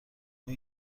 اون